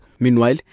Meanwhile